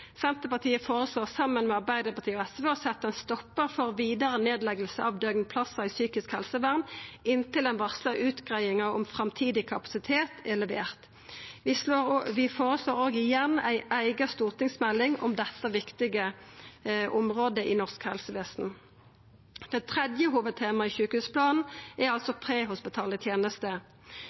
Senterpartiet føreslår, saman med Arbeidarpartiet og SV, å setja ein stoppar for vidare nedlegging av døgnplassar i psykisk helsevern inntil den varsla utgreiinga om framtidig kapasitet er levert. Vi føreslår òg igjen ei eiga stortingsmelding om dette viktige området i norsk helsevesen. Det tredje hovudtemaet i sjukehusplanen er altså prehospitale tenester.